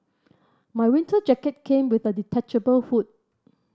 my winter jacket came with a detachable hood